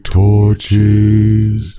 torches